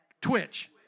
Twitch